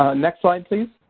ah next slide please.